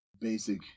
basic